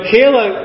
Kayla